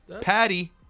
Patty